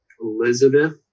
Elizabeth